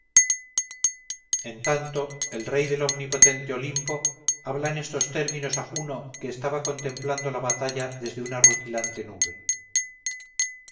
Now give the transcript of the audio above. en tanto el rey del omnipotente olimpo habla en estos términos a juno que estaba contemplando la batalla desde una rutilante nube